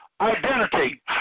identity